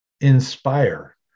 inspire